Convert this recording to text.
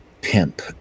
pimp